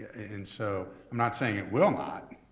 and so i'm not saying it will not.